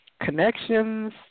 connections